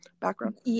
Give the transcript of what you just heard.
background